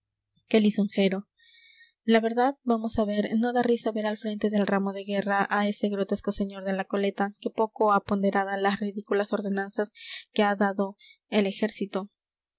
lisonjero la verdad vamos a ver no da risa ver al frente del ramo de guerra a ese grotesco señor de la coleta que poco ha ponderaba las ridículas ordenanzas que ha dado al ejército